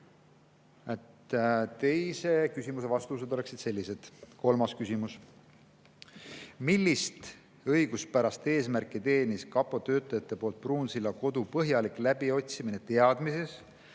Teise küsimuse vastus oleks selline. Kolmas küsimus: "Millist õiguspärast eesmärki teenis KaPo töötajate poolt Pruunsilla kodu põhjalik läbiotsimine teadmises,